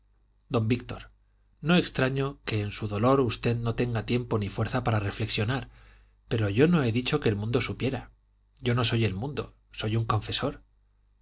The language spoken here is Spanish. don víctor no extraño que en su dolor usted no tenga tiempo ni fuerza para reflexionar pero yo no he dicho que el mundo supiera yo no soy el mundo soy un confesor